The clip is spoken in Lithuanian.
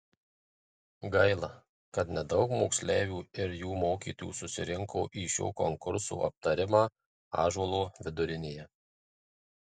gaila kad nedaug moksleivių ir jų mokytojų susirinko į šio konkurso aptarimą ąžuolo vidurinėje